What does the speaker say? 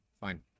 fine